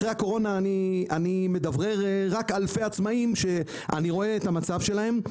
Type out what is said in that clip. אחרי הקורונה אני מדברר רק אלפי עצמאים שאני רואה את המצב שלהם,